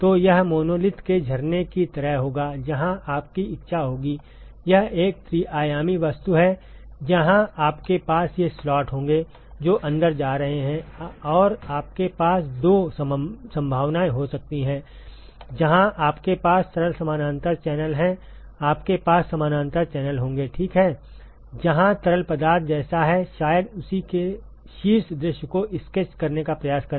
तो यह मोनोलिथ के झरने की तरह होगा जहां आपकी इच्छा होगीयह एक त्रि आयामी वस्तु है जहां आपके पास ये स्लॉट होंगे जो अंदर जा रहे हैं और आपके पास दो संभावनाएं हो सकती हैंजहां आपके पास सरल समानांतर चैनल हैंआपके पास समानांतर चैनल होंगे ठीक है जहां तरल पदार्थ जैसा है शायद उसी के शीर्ष दृश्य को स्केच करने का प्रयास करें